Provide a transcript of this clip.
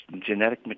genetic